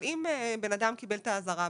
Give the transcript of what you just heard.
אבל אם בן אדם קיבל את האזהרה,